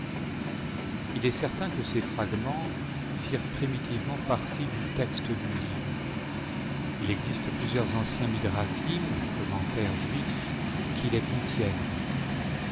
il est certain que ces fragments firent primitivement partie du texte du livre il xiste plusieurs anciens midrasim commentaires juifs qui les contiennent